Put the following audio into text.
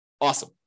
Awesome